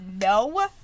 No